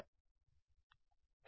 విద్యార్థి n cube